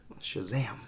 Shazam